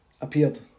appeared